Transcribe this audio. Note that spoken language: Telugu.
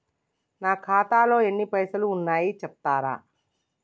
నా ఖాతాలో ఎన్ని పైసలు ఉన్నాయి చెప్తరా?